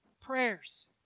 prayers